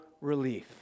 relief